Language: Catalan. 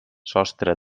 sostre